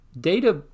data